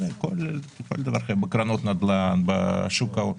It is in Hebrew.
קרנות נדל"ן, שוק ההון.